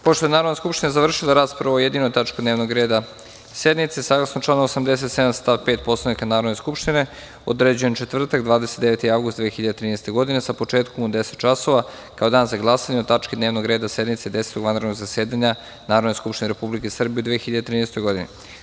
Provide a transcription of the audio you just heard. Pošto je Narodna skupština završila raspravu o jedinoj tački dnevnog reda sednice, saglasno članu 87. stav 5. Poslovnika Narodna skupština određujem četvrtak 29. avgust 2013. godine sa početkom u 10,00 časova kao dan za glasanje o tački dnevnog reda sednice Desetog vanrednog zasedanja Narodne skupštine Republike Srbije u 2013. godini.